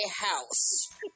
house